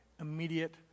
immediate